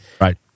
Right